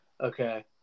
Okay